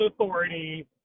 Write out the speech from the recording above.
authority